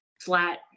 flat